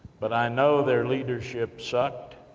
but i know their leadership sucked.